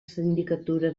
sindicatura